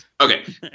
Okay